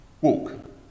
Walk